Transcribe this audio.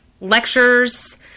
lectures